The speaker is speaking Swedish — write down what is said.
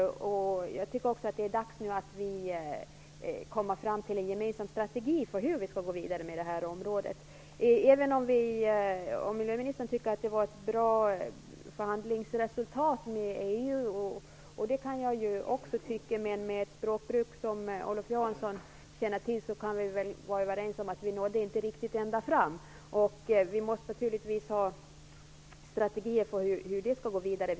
Jag tycker också att det nu är dags att vi kommer fram till en gemensam strategi för hur vi skall gå vidare på det området. Även om miljöministern tyckte att resultatet av förhandlingen med EU var bra, vilket jag också kan tycka, så kan vi väl, med ett språkbruk som Olof Johansson känner till, vara överens om att vi inte nådde riktigt ända fram. Vi måste naturligtvis ha strategier för hur frågan skall gå vidare.